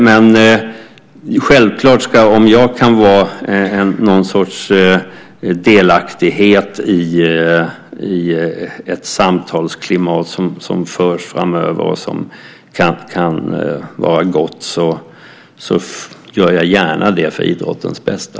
Men om jag kan vara delaktig i att skapa ett samtalsklimat i de samtal som förs framöver som kan vara gott gör jag gärna det för idrottens bästa.